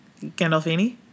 Gandolfini